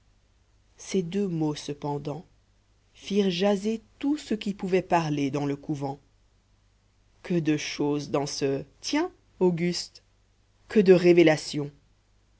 ces deux mots cependant firent jaser tout ce qui pouvait parler dans le couvent que de choses dans ce tiens auguste que de révélations